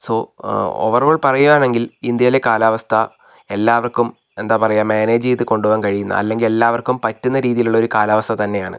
so overall പറയുകയാണെങ്കിൽ ഇന്ത്യയിലെ കാലാവസ്ഥ എല്ലാവർക്കും എന്താ പറയുക മാനേജ് ചെയ്തത് കൊണ്ടുപോകാൻ കഴിയുന്ന അല്ലെങ്കിൽ എല്ലാവർക്കും പറ്റുന്ന രീതിയിലുള്ള ഒരു കാലാവസ്ഥ തന്നെയാണ്